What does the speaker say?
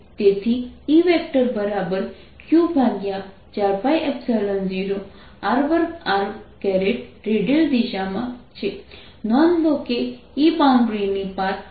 તેથી E Q4π0 r2r radial દિશામાં છે નોંધ લો કે E બાઉન્ડ્રીની પાર અસતત છે